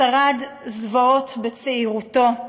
שרד זוועות בצעירותו.